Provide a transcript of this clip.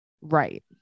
right